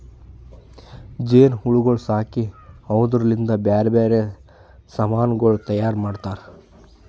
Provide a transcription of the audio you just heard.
ಜೇನು ಹುಳಗೊಳ್ ಸಾಕಿ ಅವುದುರ್ ಲಿಂತ್ ಬ್ಯಾರೆ ಬ್ಯಾರೆ ಸಮಾನಗೊಳ್ ತೈಯಾರ್ ಮಾಡ್ತಾರ